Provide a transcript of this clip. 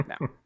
No